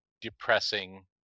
depressing